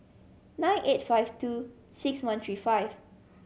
nine eight five two six one three five